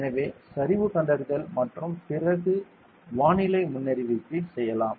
எனவே சரிவு கண்டறிதல் மற்றும் பிறகு வானிலை முன்னறிவிப்பை செய்யலாம்